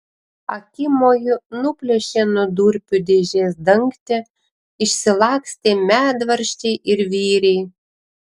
akimoju nuplėšė nuo durpių dėžės dangtį išsilakstė medvaržčiai ir vyriai